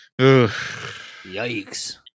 Yikes